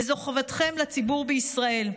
וזאת חובתכם לציבור בישראל.